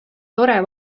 tore